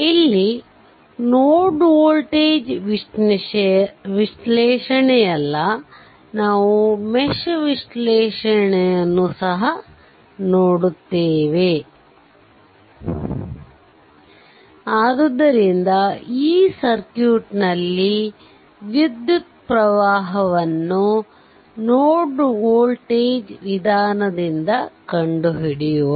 ಇಲ್ಲಿ node voltage ವಿಶ್ಲೇಷಣೆ ಯಲ್ಲ ನಾವು ಮೆಶ್ ವಿಶ್ಲೇಷಣೆಯನ್ನು ಸಹ ನೋಡುತ್ತೇವೆ ಆದ್ದರಿಂದ ಈ ಸರ್ಕ್ಯೂಟ್ ನಲ್ಲಿ ವಿದ್ಯುತ್ ಪ್ರವಾಹವನ್ನು ನೋಡ್ ವೋಲ್ಟೇಜ್ ವಿಧಾನದಿಂದ ಕಂಡುಹಿಡಿಯುವ